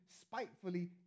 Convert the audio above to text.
spitefully